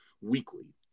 weekly